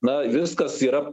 na viskas yra